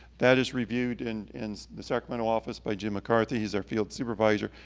that is reviewed and in the sacramento office by jim mccarthy, he's our field supervisor.